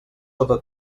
sota